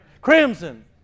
Crimson